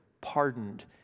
pardoned